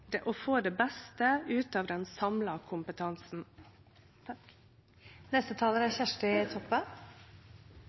det blir lagt til rette for å få det beste ut av den samla kompetansen.